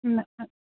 न